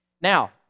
now